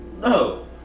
No